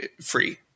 free